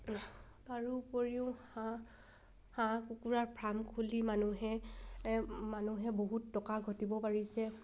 তাৰোপৰিও হাঁহ হাঁহ কুকুৰাৰ ফাৰ্ম খুলি মানুহে মানুহে বহুত টকা ঘটিব পাৰিছে